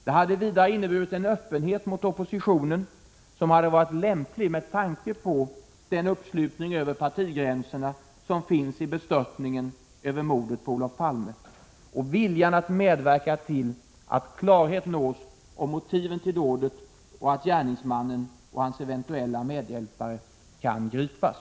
Det hade vidare inneburit en öppenhet mot oppositionen som hade varit lämplig med tanke på den uppslutning över partigränserna som finns i bestörtningen över mordet på Olof Palme och viljan att medverka till att klarhet nås om motiven till dådet och att gärningsmannen och hans eventuella medhjälpare kan gripas.